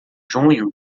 junho